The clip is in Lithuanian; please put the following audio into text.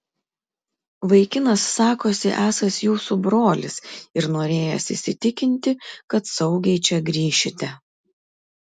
vaikinas sakosi esąs jūsų brolis ir norėjęs įsitikinti kad saugiai čia grįšite